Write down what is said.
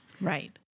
Right